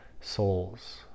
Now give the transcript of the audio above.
souls